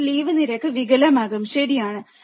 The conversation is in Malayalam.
ഈ സ്ലീവ് നിരക്ക് വികലമാകും ശരിയാണ്